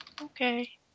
Okay